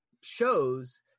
shows